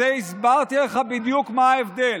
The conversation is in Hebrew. הסברתי לך בדיוק מה ההבדל.